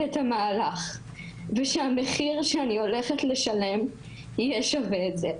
את המהלך ושהמחיר שאני הולכת לשלם יהיה שווה את זה.